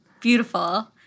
beautiful